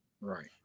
Right